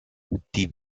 die